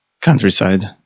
countryside